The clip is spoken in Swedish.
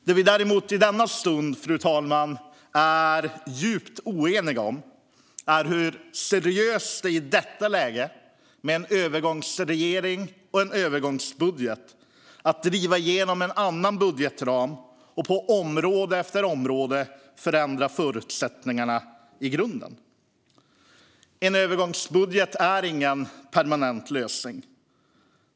Det vi däremot i denna stund, fru talman, är djupt oeniga om är hur seriöst det är att i detta läge, med en övergångsregering och en övergångsbudget, driva igenom en annan budgetram och på område efter område förändra förutsättningarna i grunden. En övergångsbudget är ingen permanent lösning.